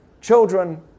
children